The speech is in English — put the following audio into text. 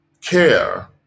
care